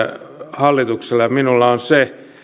hallituksella ja minulla on se